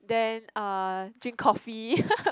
then uh drink coffee